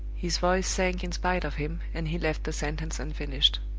his voice sank in spite of him, and he left the sentence unfinished.